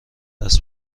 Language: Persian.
است